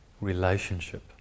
relationship